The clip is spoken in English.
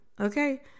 okay